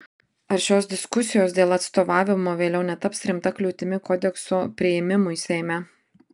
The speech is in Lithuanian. ar šios diskusijos dėl atstovavimo vėliau netaps rimta kliūtimi kodekso priėmimui seime